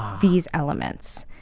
these elements.